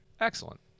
Excellent